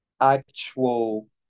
actual